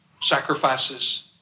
sacrifices